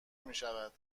میشود